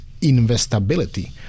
investability